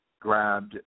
grabbed